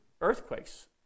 earthquakes